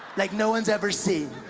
like no one's ever seen